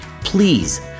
please